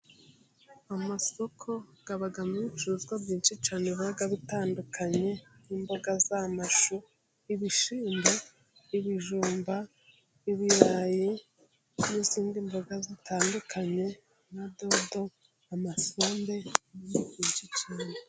Amasoko abamo ibicuruzwa byinshi cyane biba bitandukanye; nk'imboga z'amashu, ibishyimbo ibijumba, ibirayi n'izindi mboga zitandukanye, na dodo, amasombe...